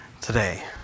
today